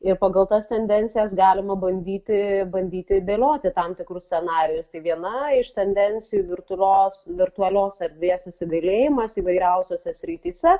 ir pagal tas tendencijas galima bandyti bandyti dėlioti tam tikrus scenarijus tai viena iš tendencijų virtualios virtualios erdvės įsigalėjimas įvairiausiose srityse